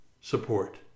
support